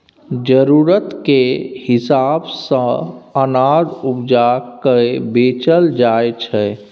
जरुरत केर हिसाब सँ अनाज उपजा केँ बेचल जाइ छै